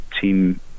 team